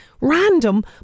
Random